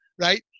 right